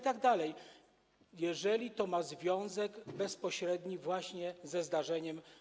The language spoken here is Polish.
Tak jest, jeżeli to ma związek bezpośredni właśnie z tym zdarzeniem.